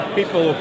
people